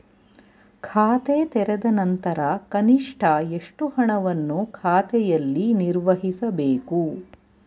ಖಾತೆ ತೆರೆದ ನಂತರ ಕನಿಷ್ಠ ಎಷ್ಟು ಹಣವನ್ನು ಖಾತೆಯಲ್ಲಿ ನಿರ್ವಹಿಸಬೇಕು?